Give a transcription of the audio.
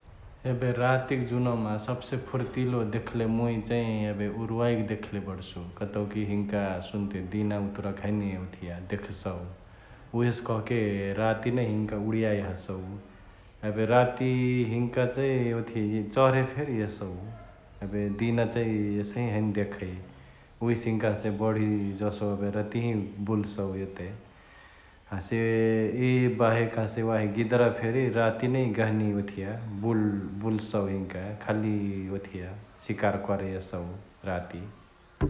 एबे रातिक जुनमा सबसे फुर्तिलो देखले मुइ चै एबे उरुवाई के देखले बडसु कतउकी हिन्का सुन्ते दिना उतुराक हैने ओथिया दखसउ उहेसे कहके राती नै हिन्का उडायाइ हसउ । एबे राती हिन्का चैं ओथी चह्रे फेरी एसौ । एबे दिना चैं एसही हैने देखै उहेसे हिन्का बढी जसो एबे रतियै बुलसउ एते । हसे यि बाहेक हसे वाही गिद्रा फेरी रती नै गहनी ओथिया बुल्...बुलसउ हिन्का खाली ओथिया सिकार करे यसउ राती ।